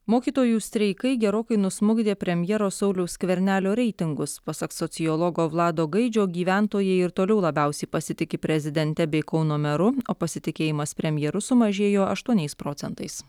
mokytojų streikai gerokai nusmukdė premjero sauliaus skvernelio reitingus pasak sociologo vlado gaidžio gyventojai ir toliau labiausiai pasitiki prezidente bei kauno kauno meru o pasitikėjimas premjeru sumažėjo aštuoniais procentais